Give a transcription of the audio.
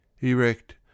Erect